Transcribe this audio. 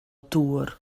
dŵr